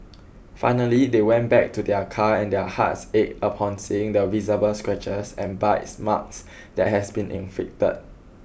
finally they went back to their car and their hearts ached upon seeing the visible scratches and bites marks that has been inflicted